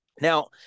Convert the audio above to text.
Now